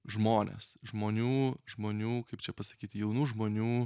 žmonės žmonių žmonių kaip čia pasakyt jaunų žmonių